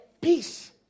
Peace